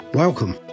Welcome